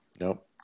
Nope